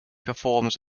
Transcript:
performs